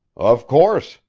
of course,